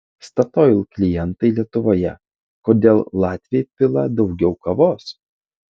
statoil klientai lietuvoje kodėl latviai pila daugiau kavos